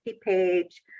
page